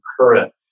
current